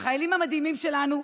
לחיילים המדהימים שלנו,